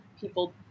people